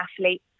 athlete